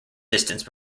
distance